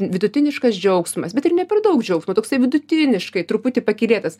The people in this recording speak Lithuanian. vidutiniškas džiaugsmas bet ir ne per daug džiaugsmo toksai vidutiniškai truputį pakylėtas